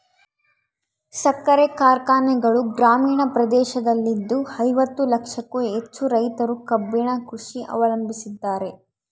ಸಕ್ಕರೆ ಕಾರ್ಖಾನೆಗಳು ಗ್ರಾಮೀಣ ಪ್ರದೇಶದಲ್ಲಿದ್ದು ಐವತ್ತು ಲಕ್ಷಕ್ಕೂ ಹೆಚ್ಚು ರೈತರು ಕಬ್ಬಿನ ಕೃಷಿ ಅವಲಂಬಿಸಿದ್ದಾರೆ